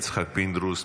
יצחק פינדרוס,